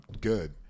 good